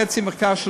חצי מחקר,